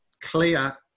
clear